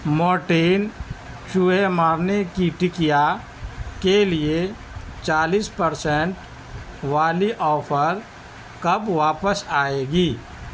Mortein چوہے مارنے کی ٹکیا کے لیے چالیس پرسنٹ والی آفر کب واپس آئے گی